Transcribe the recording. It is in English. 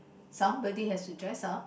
somebody has to dress up